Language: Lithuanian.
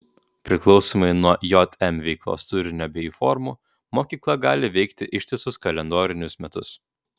priklausomai nuo jm veiklos turinio bei formų mokykla gali veikti ištisus kalendorinius metus